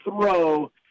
throw